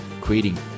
creating